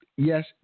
Yes